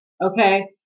okay